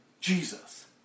Jesus